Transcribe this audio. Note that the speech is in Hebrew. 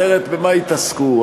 אחרת במה יתעסקו?